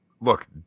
look